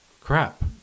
crap